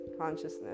consciousness